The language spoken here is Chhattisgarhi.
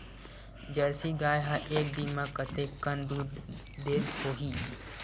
जर्सी गाय ह एक दिन म कतेकन दूध देत होही?